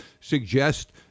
suggest